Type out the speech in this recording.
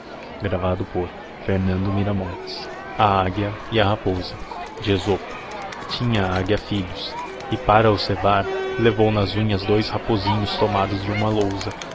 a águia e a raposa tinha a águia íillios e para os cevar levou nas unhas dous rapozinhos tomados de huma lousa